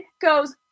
goes